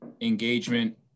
engagement